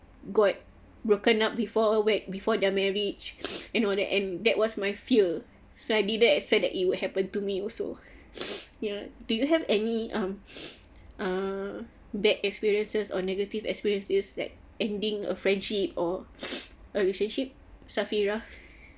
got broken up before wed~ before their marriage in order and that was my fear so I didn't expect that it would happen to me also ya do you have any um uh bad experiences or negative experiences like ending a friendship or relationship safira